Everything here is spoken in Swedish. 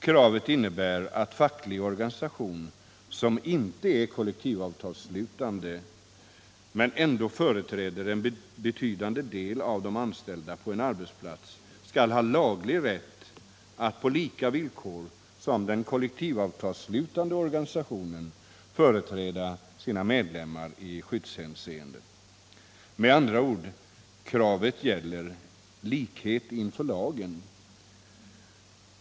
Kraven innebär att facklig organisation som inte är kollektivavtalsslutande men ändå företräder en betydande del av de anställda på en arbetsplats skall ha laglig rätt att på samma villkor som den kollektivavtalsslutande organisationen företräda sina medlemmar i skyddshänseende. Med andra ord: kravet gäller likhet inför lagen.